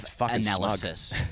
analysis